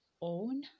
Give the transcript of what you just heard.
own